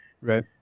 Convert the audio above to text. Right